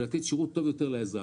כדי לתת שירות טוב יותר לאזרח.